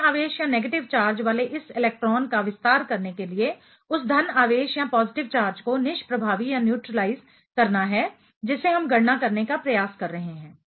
ऋण आवेश negative charge वाले इस इलेक्ट्रॉन का विस्तार करने के लिए उस धन आवेश पॉजिटिव चार्ज को निष्प्रभावी न्यूट्रीलाइज करना है जिसे हम गणना करने का प्रयास कर रहे हैं